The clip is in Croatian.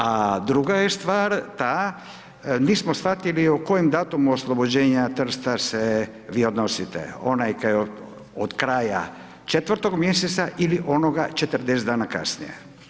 A druga je stvar, ta, nismo shvatili o kojem datumu oslobođenja Trsta se vi odnosite, onaj koji je od kraja 4. mjeseca, ili onoga 40 dana kasnije.